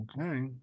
okay